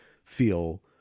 Feel